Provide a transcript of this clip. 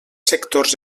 sectors